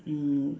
mm